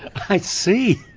i see.